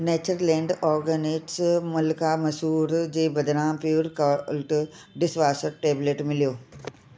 Natureland Organics मालका मसूर जे बदिरां प्यूर कल्ट डिशवाशर टेबलेट मिलियो